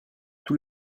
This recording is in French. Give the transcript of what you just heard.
tous